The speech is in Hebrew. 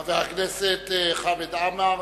חבר הכנסת חמד עמאר,